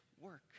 work